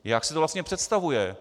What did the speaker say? Jak si to vlastně představuje?